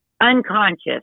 unconscious